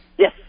Yes